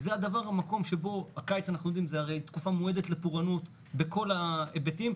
אנחנו יודעים שהקיץ היא תקופה מועדת לפורענות בכל ההיבטים,